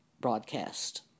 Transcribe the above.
broadcast